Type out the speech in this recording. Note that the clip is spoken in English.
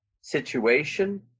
situation